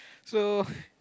so